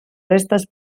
restes